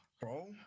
Bro